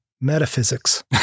metaphysics